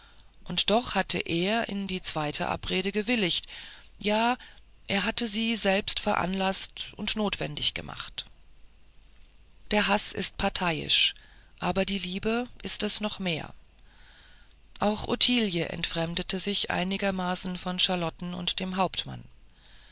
und doch hatte er in die zweite abrede gewilligt ja er hatte sie selbst veranlaßt und notwendig gemacht der haß ist parteiisch aber die liebe ist es noch mehr auch ottilie entfremdete sich einigermaßen von charlotten und dem hauptmann